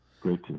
great